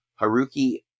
Haruki